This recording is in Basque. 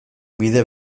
bide